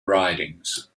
ridings